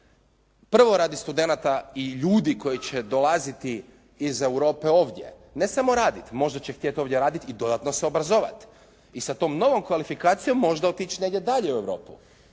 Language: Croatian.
prvo radi studenata i ljudi koji će dolaziti iz Europe ovdje, ne samo raditi, možda će htjeti ovdje raditi i dodatno se obrazovati i sa tom novom kvalifikacijom možda otići negdje dalje u Europu.